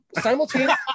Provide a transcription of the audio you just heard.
simultaneously